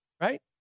right